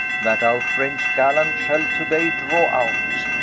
that our french gallants shall to day draw out,